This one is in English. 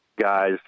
guys